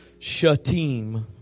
shatim